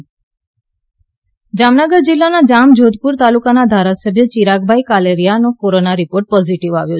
જા મનગ ર જામનગર જીલ્લાના જામજોધપુર તાલુકાના ધારાસભ્ય ચિરાગભાઇ કાલરિયાનો કોરોનાનો રિપોર્ટ પોઝીટીવ આવ્યો